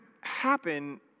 happen